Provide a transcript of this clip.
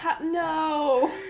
No